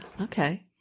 Okay